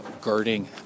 guarding